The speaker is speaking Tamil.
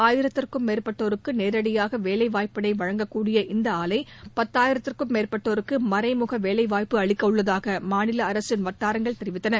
ஆயிரத்திற்கும் மேற்பட்டோருக்கு நேரடியாக வேலைவாய்ப்பினை வழங்கக்கூடிய இந்த ஆலை பத்தாயிரத்திற்கும் மேற்பட்டோருக்கு மறைமுக வேலைவாய்ப்பு அளிக்க உள்ளதாக மாநில அரசின் வட்டாரங்கள் தெரிவித்தன